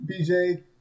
BJ